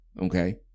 Okay